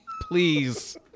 please